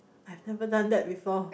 I've never done that before